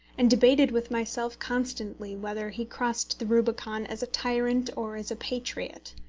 and debated with myself constantly whether he crossed the rubicon as a tyrant or as a patriot.